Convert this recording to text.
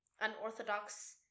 unorthodox